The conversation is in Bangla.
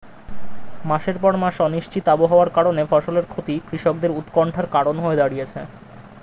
মাসের পর মাস অনিশ্চিত আবহাওয়ার কারণে ফসলের ক্ষতি কৃষকদের উৎকন্ঠার কারণ হয়ে দাঁড়িয়েছে